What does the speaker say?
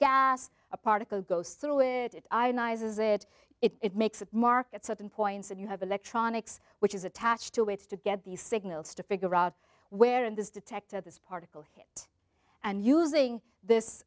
gas a particle goes through it it does it it makes the market certain points and you have electronics which is attached to it to get these signals to figure out where in this detector this particle hit and using this